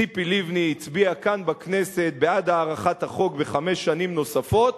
ציפי לבני הצביעה כאן בכנסת בעד הארכת החוק בחמש שנים נוספות